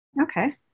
Okay